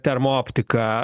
termo optika